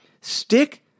Stick